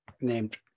named